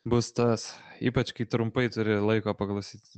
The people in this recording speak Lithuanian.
bus tas ypač kai trumpai turi laiko paklausyt